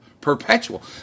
Perpetual